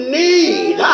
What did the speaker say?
need